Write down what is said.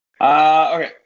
Okay